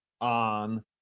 on